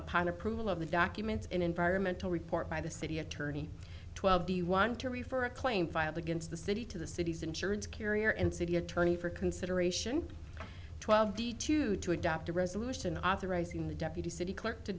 upon approval of the documents an environmental report by the city attorney twelve the want to refer a claim filed against the city to the city's insurance carrier and city attorney for consideration twelve d two to adopt a resolution authorizing the deputy city clerk to